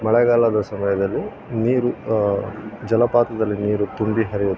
ಮಳೆಗಾಲದ ಸಮಯದಲ್ಲಿ ನೀರು ಜಲಪಾತದಲ್ಲಿ ನೀರು ತುಂಬಿ ಹರಿಯುತ್ತದೆ